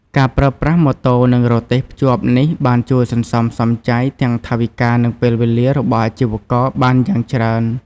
ការប្រើប្រាស់ម៉ូតូនិងរទេះភ្ជាប់នេះបានជួយសន្សំសំចៃទាំងថវិកានិងពេលវេលារបស់អាជីវករបានយ៉ាងច្រើន។